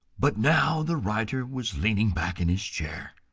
but now the writer was leaning back in his chair.